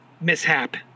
mishap